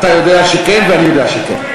אתה יודע שכן ואני יודע שכן.